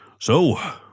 So